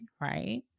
right